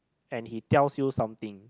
and he tells you something